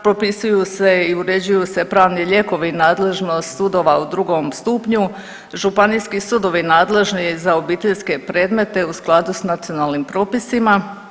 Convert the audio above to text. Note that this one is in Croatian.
Propisuju se i uređuju se pravni lijekovi, nadležnost sudova u drugom stupnju, županijski sudovi nadležni za obiteljske predmete u skladu s nacionalnim propisima.